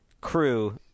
crew